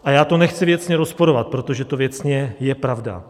A já to nechci věcně rozporovat, protože to věcně je pravda.